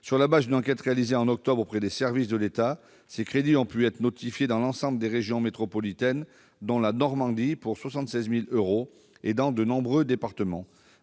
Sur la base d'une enquête réalisée en octobre auprès des services de l'État, ces crédits ont pu être notifiés dans l'ensemble des régions métropolitaines, dont la Normandie, à hauteur de 76 000 euros, et dans de nombreux départements.